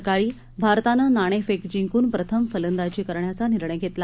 सकाळी भारतानं नाणेफेक जिंकून प्रथम फलंदाजी करायचा निर्णय घेतला